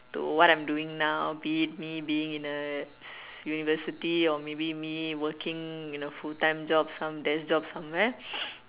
to what I'm doing now be it me being in a university or maybe me working in a full time job some desk job somewhere